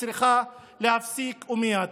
היא צריכה להיפסק ומייד.